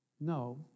No